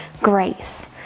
grace